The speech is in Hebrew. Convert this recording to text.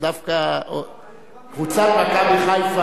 ודווקא קבוצת "מכבי חיפה",